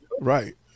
Right